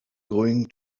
going